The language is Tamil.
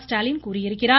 ஸ்டாலின் கூறியிருக்கிறார்